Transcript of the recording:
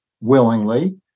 willingly